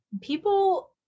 People